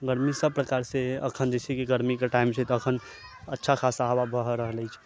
गरमी सब प्रकार से अखन जे छै गरमी के टाइम छै तऽ अखन अच्छा खासा हवा बह रहल अछि